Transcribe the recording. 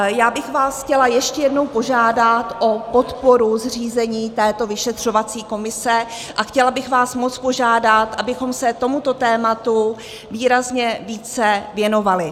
Chtěla bych vás ještě jednou požádat o podporu zřízení této vyšetřovací komise a chtěla bych vás moc požádat, abychom se tomuto tématu výrazně více věnovali.